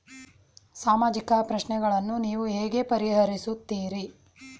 ಸಾಮಾಜಿಕ ಪ್ರಶ್ನೆಗಳನ್ನು ನೀವು ಹೇಗೆ ಪರಿಹರಿಸುತ್ತೀರಿ?